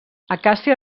acàcia